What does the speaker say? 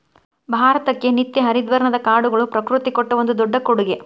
ಭಾರತಕ್ಕೆ ನಿತ್ಯ ಹರಿದ್ವರ್ಣದ ಕಾಡುಗಳು ಪ್ರಕೃತಿ ಕೊಟ್ಟ ಒಂದು ದೊಡ್ಡ ಕೊಡುಗೆ